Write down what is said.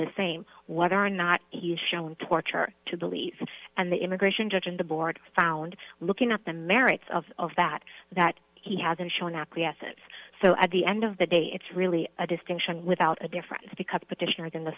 the same whether or not you've shown torture to believe and the immigration judge and the board found looking at the merits of that that he hasn't shown acquiescence so at the end of the day it's really a distinction without a difference because the petitioners in the